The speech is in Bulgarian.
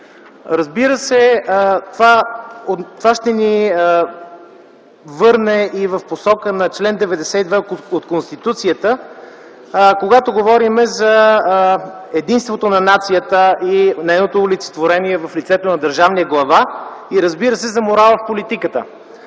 Разбира се, това ще ни върне и в посока на чл. 92 от Конституцията, когато говорим за единството на нацията и нейното олицетворение в лицето на държавния глава и, разбира се, за морала в политиката.